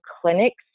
clinics